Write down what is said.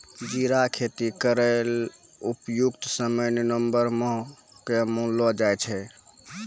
जीरा खेती केरो उपयुक्त समय नवम्बर माह क मानलो जाय छै